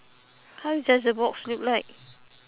how is does the box look like